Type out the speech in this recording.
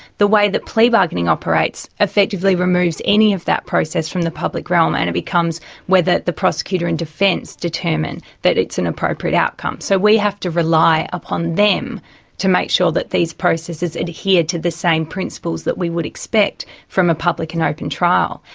the way that plea bargaining operates effectively removes any of that process from the public realm and it becomes whether the prosecutor and defence determine that it's an appropriate outcome. so we have to rely upon them to make sure that these processes adhere to the same principles that we would expect from a public and open trial,